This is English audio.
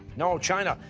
no, china.